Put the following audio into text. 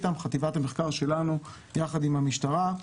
חטיבת המחקר שלנו יחד עם המשטרה,